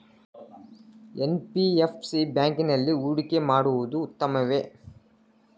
NBFC ಬ್ಯಾಂಕಿನಲ್ಲಿ ಹೂಡಿಕೆ ಮಾಡುವುದು ಉತ್ತಮವೆ?